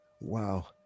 wow